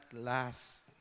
last